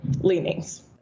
leanings